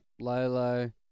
Lolo